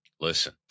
listen